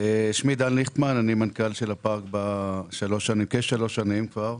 אני מנכ"ל של הפארק כשלוש שנים כבר.